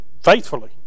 faithfully